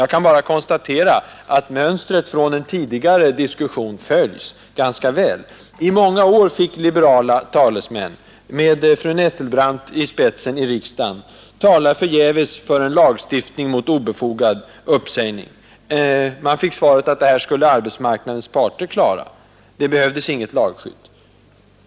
Jag kan bara notera att mönstret från en tidigare diskussion följs ganska väl. I många år fick liberala talesmän med fru Nettelbrandt i spetsen i riksdagen tala förgäves för lagstiftning mot obefogad uppsägning. Man fick svaret att det här skulle arbetsmarknadens parter klara, så det behövdes inget lagskydd.